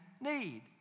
need